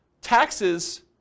taxes